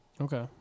Okay